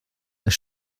das